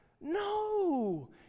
no